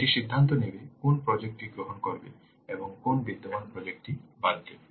এটি সিদ্ধান্ত নেবে কোন প্রজেক্ট টি গ্রহণ করবে এবং কোন বিদ্যমান প্রজেক্ট টি বাদ দেবে